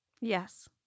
Yes